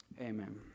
Amen